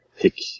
pick